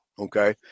Okay